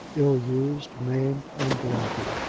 ill-used, maimed, and blighted!